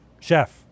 chef